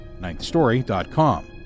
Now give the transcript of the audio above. NinthStory.com